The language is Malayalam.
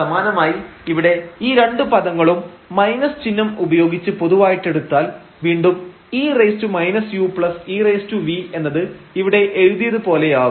സമാനമായി ഇവിടെ ഈ രണ്ടു പദങ്ങളും ചിഹ്നം ഉപയോഗിച്ച് പൊതുവായിട്ടെടുത്താൽ വീണ്ടും e−u ev എന്നത് ഇവിടെ എഴുതിയത് പോലെയാവും